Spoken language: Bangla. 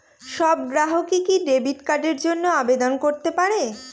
সব গ্রাহকই কি ডেবিট কার্ডের জন্য আবেদন করতে পারে?